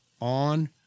on